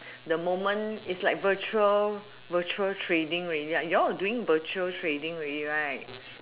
the moment is like virtual virtual trading ready right you all are doing virtual trading already right